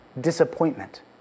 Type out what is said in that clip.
disappointment